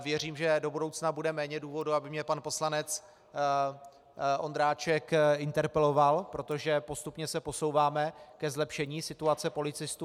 Věřím, že do budoucna bude méně důvodů, aby mě pan poslanec Ondráček interpeloval, protože postupně se posouváme ke zlepšení situace policistů.